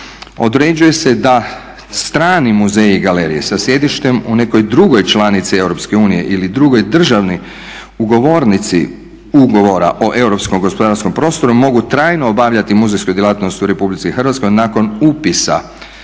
Određuje se da strani muzeji i galerije sa sjedištem u nekoj drugoj članici EU ili drugoj državi ugovornici ugovora o europskom gospodarskom prostoru mogu trajno obavljati muzejsku djelatnost u RH nakon upisa